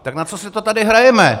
Tak na co si to tady hrajeme?